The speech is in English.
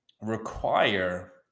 require